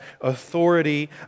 authority